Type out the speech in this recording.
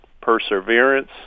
perseverance